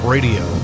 Radio